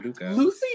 Lucy